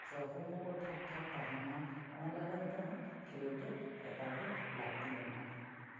ᱥᱮ ᱦᱚᱲᱢᱚ ᱠᱚ ᱴᱷᱤᱠ ᱴᱷᱟᱠ ᱛᱟᱦᱮᱱ ᱢᱟ ᱚᱱᱟ ᱞᱟᱜᱟᱱ ᱛᱮᱦᱚᱸ ᱠᱷᱮᱞᱳᱰ ᱫᱚ ᱮᱠᱟᱞ ᱜᱮ ᱞᱟᱹᱠᱛᱤ ᱢᱮᱱᱟᱜᱼᱟ